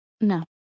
No